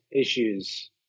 issues